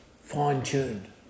fine-tuned